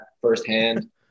firsthand